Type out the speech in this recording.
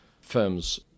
firms